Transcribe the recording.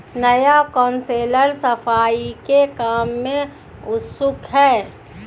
नया काउंसलर सफाई के काम में उत्सुक है